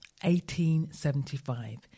1875